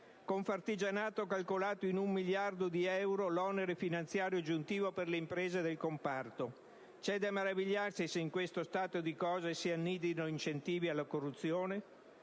Confartigianato ha calcolato in un miliardo di euro l'onere finanziario aggiuntivo per le imprese del comparto. C'è da meravigliarsi se in questo stato di cose si annidino incentivi alla corruzione?